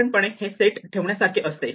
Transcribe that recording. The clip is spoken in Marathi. साधारणपणे हे सेट ठेवण्यासारखे असते